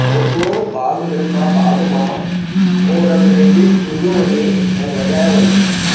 रुॻो भाग मिल्खा भाग मां ओ रंगरेज़ चुंडियो वञे ऐं वॼायो वञे